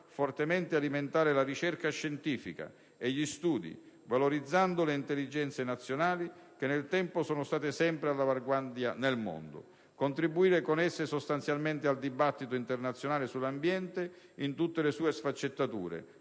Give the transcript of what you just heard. fortemente alimentare la ricerca scientifica e gli studi, valorizzando le intelligenze nazionali che nel tempo sono state sempre all'avanguardia nel mondo, e contribuire, con esse, sostanzialmente al dibattito internazionale sull'ambiente in tutte le sue sfaccettature,